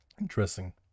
Interesting